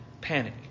panic